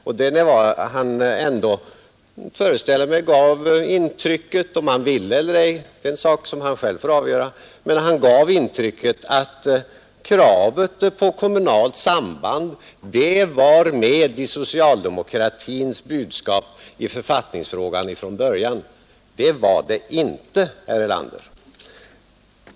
Om han ville eller ej — det är en sak som han själv får avgöra — gav han intrycket att kravet på kommunalt samband var med i socialdemokratins budskap i författningsfrågan från början. Det var det inte, herr Erlander.